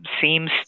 seems